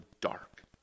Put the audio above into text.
dark